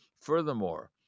Furthermore